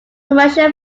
commercial